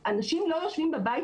אנשים עם השכלה מלאה לא יושבים בבית